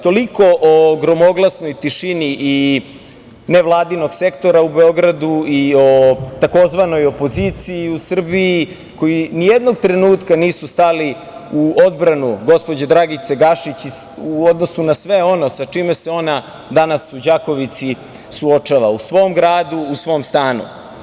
Toliko o gromoglasnoj tišini i nevladinog sektora u Beogradu i o tzv. opoziciji u Srbiji koji nijednog trenutka nisu stali u odbranu gospođe Dragice Gašić u odnosu na sve ono sa čime se ona danas u Đakovici suočava, u svom gradu, u svom stanu.